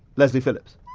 leslie phillips.